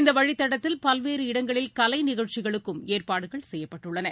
இந்த வழித்தடத்தில் பல்வேறு இடங்களில் கலை நிகழ்ச்சிகளுக்கும் ஏற்பாடுகள் செய்யப்பட்டுள்ளன